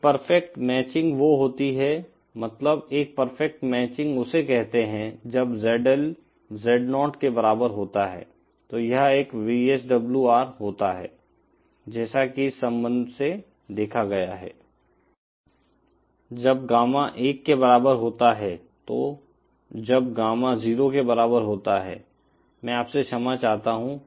एक perfect matching वो होती है मतलब एक परफेक्ट मैचिंग उसे कहते हैं जब ZL Z0 के बराबर होता है तो यह एक VSWR होता है जैसा कि इस संबंध से देखा गया है जब गामा 1 के बराबर होता है तो जब गामा 0 के बराबर होता है मैं आपसे क्षमा चाहता हूं